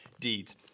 deeds